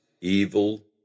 evil